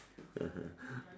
(uh huh)